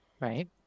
Right